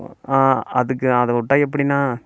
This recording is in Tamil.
ஆ அதுக்கு அதை விட்டா எப்படிணா